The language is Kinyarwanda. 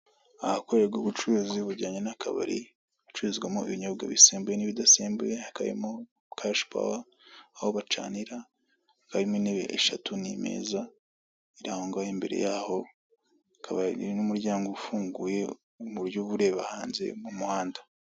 Ahakorerwa ubucuruzi bujyanye n'akabari gacururizwamo ibinyobwa bisembuye n'ibidasembuye, hakaba harimo kashipowe aho bacanira hakaba hari intebe eshatu n'meza iri aho ngaho imbere y'aho hakaba n'umuryango ufunguye muburyo uba ureba hanze mu muhanda.